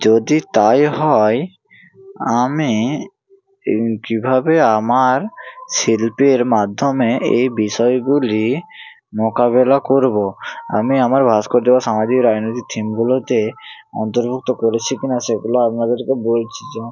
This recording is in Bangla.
যদি তাই হয় আমি এই কীভাবে আমার শিল্পের মাধ্যমে এ বিষয়গুলি মোকাবিলা করব আমি আমার ভাস্কর্য বা সামাজিক রাজনৈতিক থিমগুলোতে অন্তর্ভুক্ত করেছি কি না সেগুলো আপনাদেরকে বলছি যেমন